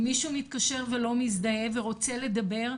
אם מישהו מתקשר ולא מזדהה ורוצה לדבר,